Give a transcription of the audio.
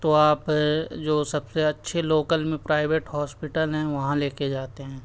تو آپ جو سب سے اچھے لوکل میں پرائیویٹ ہوسپٹل ہیں وہاں لے کے جاتے ہیں